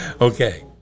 Okay